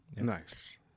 Nice